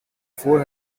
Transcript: four